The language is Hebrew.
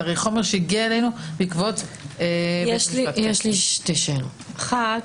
זה חומר שהביע אלינו- - שתי שאלות: אחת,